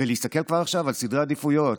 ולהסתכל כבר עכשיו על סדרי עדיפויות.